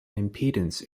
impedance